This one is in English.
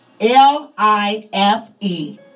L-I-F-E